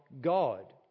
God